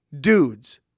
dudes